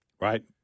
Right